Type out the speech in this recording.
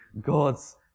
God's